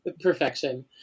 Perfection